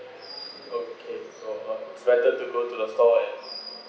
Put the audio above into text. okay so uh it's rather to go to the store and